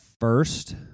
first